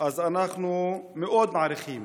אז אנחנו מאוד מעריכים